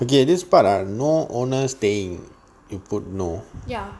okay this part ah no owners staying it put no